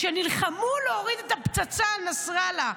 שנלחמו להוריד את הפצצה על נסראללה.